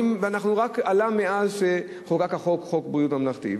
וזה רק עלה מאז חוקק חוק ביטוח בריאות ממלכתי.